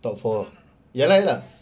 top four ya lah ya lah